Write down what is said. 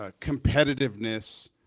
competitiveness